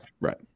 right